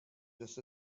just